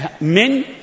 men